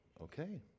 okay